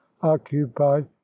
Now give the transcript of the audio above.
occupied